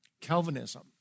Calvinism